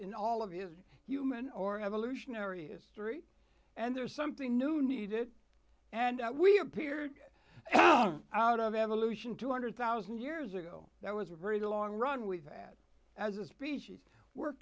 in all of you human or evolution or history and there's something new needed and we appeared out of evolution two hundred thousand years ago that was a very long run we've had as a species we're